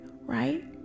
right